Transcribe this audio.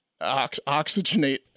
oxygenate